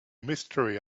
mystery